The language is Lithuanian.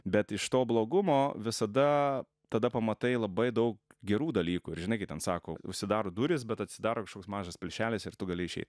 bet iš to blogumo visada tada pamatai labai daug gerų dalykų ir žinai kai ten sako užsidaro durys bet atsidaro kažkoks mažas plyšelis ir tu gali išeit